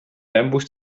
fernbus